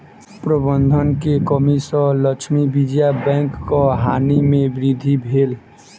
प्रबंधन के कमी सॅ लक्ष्मी विजया बैंकक हानि में वृद्धि भेल